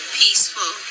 peaceful